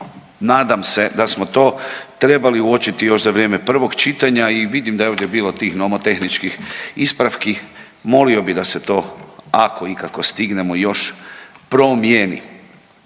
Nadam se da smo to trebali uočiti još za vrijeme prvog čitanja i vidim da je ovdje bilo tih nomotehničkih ispravki. Molio bih da se to ako ikako stignemo još promijeni.